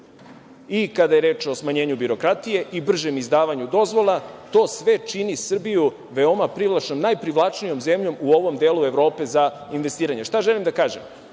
i, kada je reč o smanjenju birokratije i bržem izdavanju dozvola, to sve čini Srbiju veoma privlačnom, najprivlačnijom zemljom u ovom delu Evrope za investiranje. Šta želim da kažem?